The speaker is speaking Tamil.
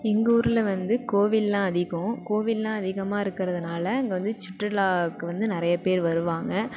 எங்கள் ஊரில் வந்து கோவில்லாம் அதிகம் கோவில்லாம் அதிகமாக இருக்கிறதுனால அங்கே வந்து சுற்றுலாவுக்கு வந்து நிறைய பேர் வருவாங்க